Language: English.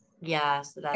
Yes